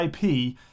IP